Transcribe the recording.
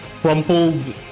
crumpled